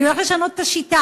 אני הולך לשנות את השיטה,